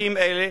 בפסוקים האלה,